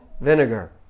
vinegar